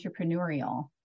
entrepreneurial